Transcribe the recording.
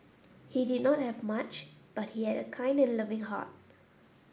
he did not have much but he had a kind and loving heart